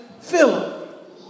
Philip